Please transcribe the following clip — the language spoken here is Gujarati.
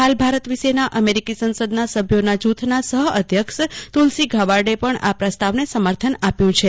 હાલ ભારત વિશેના અમેરીકી સંસદના સભ્યોના જૂથના સહઅધ્યક્ષ તુલસી ગાબાર્ડે પણ આ પ્રસ્તાવને સમર્થન આપ્યું છે